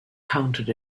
counted